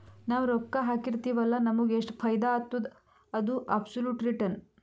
ನಾವ್ ರೊಕ್ಕಾ ಹಾಕಿರ್ತಿವ್ ಅಲ್ಲ ನಮುಗ್ ಎಷ್ಟ ಫೈದಾ ಆತ್ತುದ ಅದು ಅಬ್ಸೊಲುಟ್ ರಿಟರ್ನ್